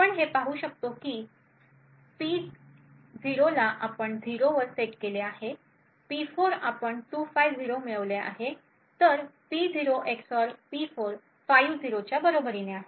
तर आपण हे पाहू शकतो की P0 ला आपण 0 वर सेट केले आहे P4 आपण 250 मिळवले आहेत तर P0 एक्सऑर P4 50 च्या बरोबरीने आहे